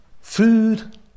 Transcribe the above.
Food